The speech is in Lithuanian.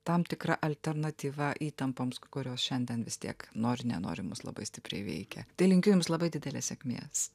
tam tikra alternatyva įtampoms kurios šiandien vis tiek nori nenori mus labai stipriai veikia tai linkiu jums labai didelės sėkmės